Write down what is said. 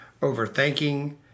overthinking